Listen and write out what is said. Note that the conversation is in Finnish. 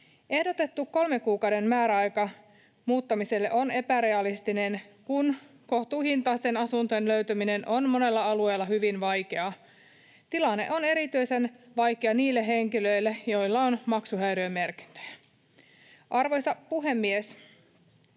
Ehdotettu kolmen kuukauden määräaika muuttamiselle on epärealistinen, kun kohtuuhintaisten asuntojen löytäminen on monella alueella hyvin vaikeaa. Tilanne on erityisen vaikea niille henkilöille, joilla on maksuhäiriömerkintöjä. Arvoisa puhemies!